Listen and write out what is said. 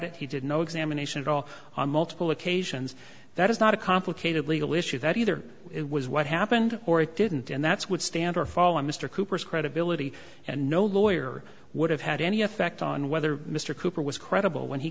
it he did no examination at all on multiple occasions that is not a complicated legal issue that either it was what happened or it didn't and that's would stand or fall on mr cooper's credibility and no lawyer would have had any effect on whether mr cooper was credible when he